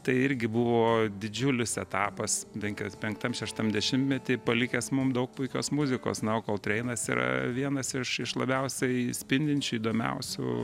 tai irgi buvo didžiulis etapas bent penktam šeštam dešimtmety palikęs mum daug puikios muzikos na o koltreinas yra vienas iš labiausiai spindinčių įdomiausių